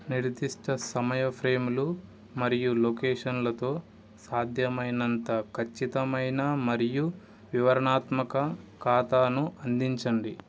నిర్దిష్ట సమయ ఫ్రేములు మరియు లొకేషన్లతో సాధ్యమైనంత ఖచ్చితమైన మరియు వివరణాత్మక ఖాతాను అందించండి